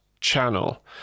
channel